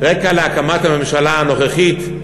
הרקע להקמת הממשלה הנוכחית,